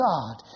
God